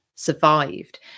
survived